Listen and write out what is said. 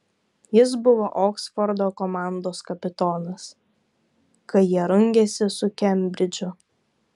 jis buvo oksfordo komandos kapitonas kai jie rungėsi su kembridžu